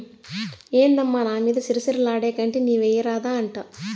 ఏందమ్మా నా మీద సిర సిర లాడేకంటే నీవెయ్యరాదా అంట